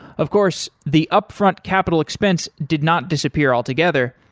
of course, the upfront capital expense did not disappear altogether.